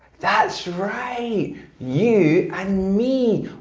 that's right you and me!